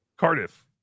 Cardiff